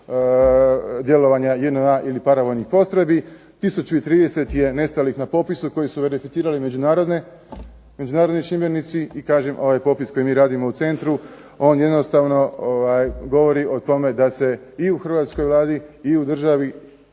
djelovanja JNA ili paravojnih postrojbi. 1030 je nestalih na popisu koji su verificirali međunarodni čimbenici i kažem ovaj popis koji mi radimo u centru on jednostavno govori o tome da se i u Hrvatskoj vladi i u državi